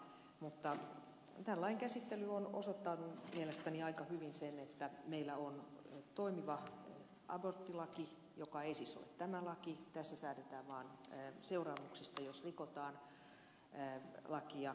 mutta tämän lain käsittely on osoittanut mielestäni aika hyvin sen että meillä on toimiva aborttilaki joka ei siis ole tämä laki tässä säädetään vaan seuraamuksista jos rikotaan lakia